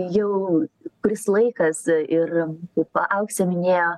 jau kuris laikas ir kaip auksė minėjo